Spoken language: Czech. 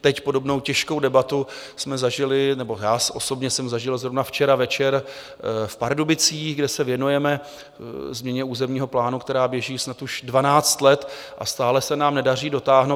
Teď podobnou těžkou debatu jsme zažili nebo já osobně jsem zažil zrovna včera večer v Pardubicích, kde se věnujeme změně územního plánu, která běží snad už dvanáct let a stále se nám nedaří dotáhnout.